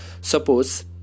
suppose